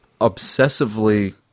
obsessively